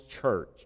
church